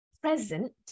Present